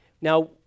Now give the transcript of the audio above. Now